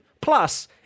Plus